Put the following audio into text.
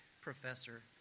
professor